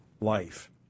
life